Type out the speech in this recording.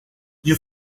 you